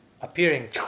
appearing